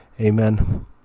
amen